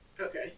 Okay